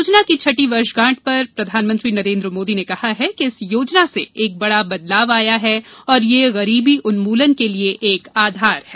योजना की छठी वर्षगांठ पर प्रधानमंत्री नरेन्द्र मोदी ने कहा है कि इस योजना से एक बड़ा बदलाव आया है और यह गरीबी उन्मूलन के लिए एक आधार है